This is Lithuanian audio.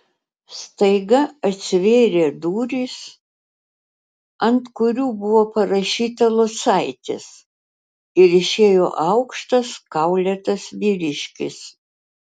staiga atsivėrė durys ant kurių buvo parašyta locaitis ir išėjo aukštas kaulėtas vyriškis